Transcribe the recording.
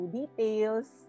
details